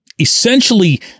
essentially